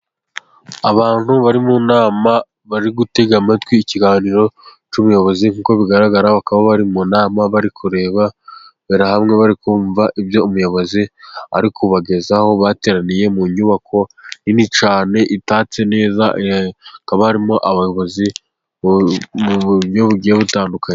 Abantu bari mu nama bari gutega amatwi ikiganiro cy'ubuyobozi, nk'uko bigaragara bakaba bari mu nama bari kurebabera hamwe, bari kumva ibyo umuyobozi ari kubagezaho, bateraniye mu nyubako nini cyane itatse neza, hakabamo abayobozi mu buryo bugiye butandukanye.